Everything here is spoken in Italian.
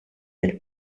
del